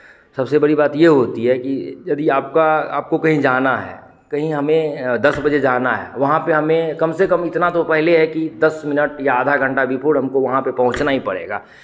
सबसे बड़ी बात ये होती है कि यदि आपका आपको कहीं जाना है कहीं हमें दस बजे जाना है वहाँ पे हमें कम से कम इतना तो पहले है कि दस मिनट या आधा घंटा बिफोर हमको पहुंचना ही पड़ेगा